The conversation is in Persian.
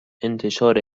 انتشار